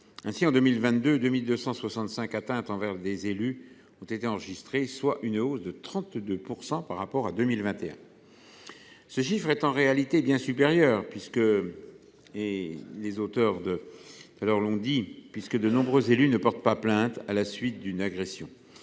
Ainsi, en 2022, 2 265 atteintes envers des élus ont été enregistrées, soit une hausse de 32 % par rapport à 2021. Mais ce chiffre est en réalité bien supérieur puisque de nombreux élus ne portent pas plainte à la suite d’une agression.